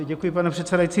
Děkuji, pane předsedající.